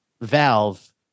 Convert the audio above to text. Valve